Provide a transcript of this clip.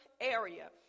area